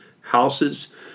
houses